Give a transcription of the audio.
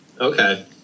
Okay